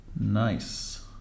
Nice